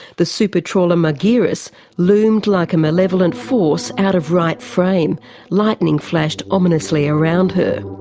the super trawler margiris loomed like a malevolent force out of right frame lightening flashed ominously around her.